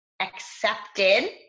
accepted